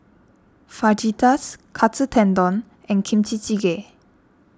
Fajitas Katsu Tendon and Kimchi Jjigae